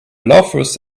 loafers